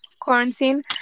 quarantine